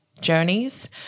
journeys